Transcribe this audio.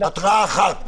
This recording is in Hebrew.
התראה אחת.